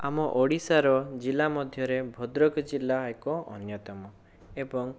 ଆମ ଓଡ଼ିଶାର ଜିଲ୍ଲା ମଧ୍ୟରେ ଭଦ୍ରକ ଜିଲ୍ଲା ଏକ ଅନ୍ୟତମ ଏବଂ